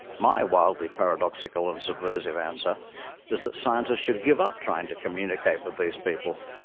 my wildly paradoxical and subversive answer is that scientists should give up trying to communicate with these people,